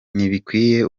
ntibikwiye